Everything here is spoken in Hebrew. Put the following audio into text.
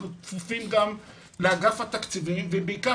אנחנו כפופים לאגף התקציבים ובעיקר